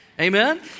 Amen